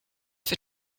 for